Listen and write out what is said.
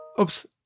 oops